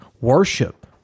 worship